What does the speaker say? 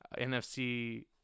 NFC